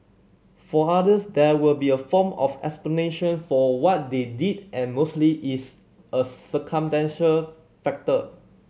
for others there will be a form of explanation for what they did and mostly is a circumstantial factor